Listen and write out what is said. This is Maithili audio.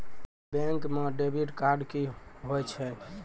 बैंक म डेबिट कार्ड की होय छै?